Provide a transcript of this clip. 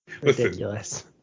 Ridiculous